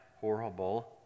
horrible